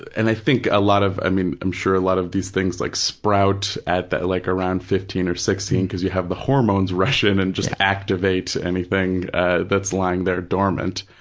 and i think a lot of, i mean, i'm sure a lot of these things like sprout at like around fifteen or sixteen because you have the hormones rush in and just activate anything that's lying there dormant,